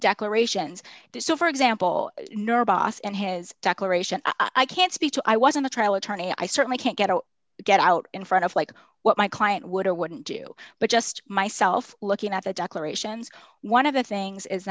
declarations to so for example nor abbas and his declaration i can't speak to i wasn't a trial attorney i certainly can't get to get out in front of like what my client would or wouldn't do but just myself looking at the declarations one of the things is